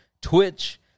Twitch